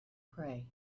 pray